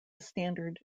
standard